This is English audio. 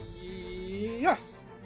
yes